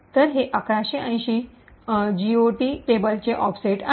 तर हे 1180 जीओटी टेबलचे ऑफसेट आहे